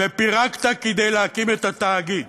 ופירקת כדי להקים את התאגיד.